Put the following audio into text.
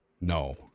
No